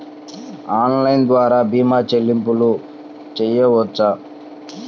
Online ద్వార భీమా చెల్లింపులు చేయవచ్చా?